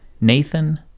Nathan